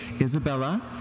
Isabella